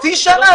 חצי שנה,